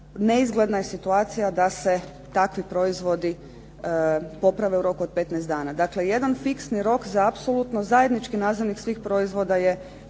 neizgledna je situacija da se takvi proizvodi poprave u roku od 15 dana. Dakle, jedan fiksni rok za apsolutno zajednički nazivnik svih proizvoda je